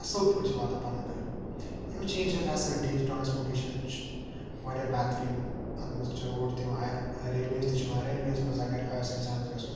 اَصٕل پٲٹھۍ چھِ واتان پَنُن گَرٕ یِم چیٖز چھِ فٮ۪سَلٹیٖز ٹرٛانسپوٹیشَنٕچ واریاہ بہتریٖن اَتھ منٛز چھِ روڈ تہِ اَیَر ریلویز تہِ چھِ یِوان ریلویز منٛز اَگر آسہِ اِنسانَس گَژھُن